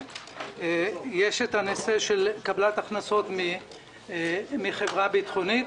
יש את הנושא של קבלת הכנסות מחברה ביטחונית.